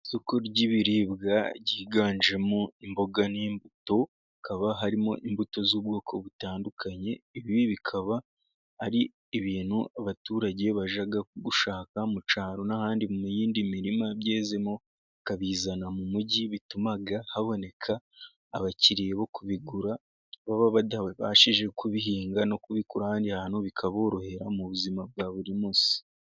Isoko ry'ibiribwa ryiganjemo imboga n'imbuto. Hakaba harimo imbuto z'ubwoko butandukanye. Ibi bikaba ari ibintu abaturage bajya gushaka mu cyaro, n'ahandi mu yindi mirima byezemo; bakabizana mu mujyi. Bituma haboneka abakiriya bo kubigura, baba babashije kubihinga no kubikura ahandi hantu bikaborohera mu buzima bwa buri munsi.